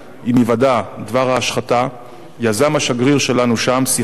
עם היוודע דבר ההשחתה יזם השגריר שלנו שם שיחה עם